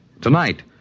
Tonight